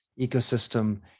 ecosystem